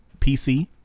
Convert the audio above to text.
PC